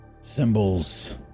symbols